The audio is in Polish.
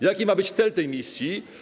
Jaki ma być cel tej misji?